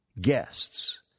guests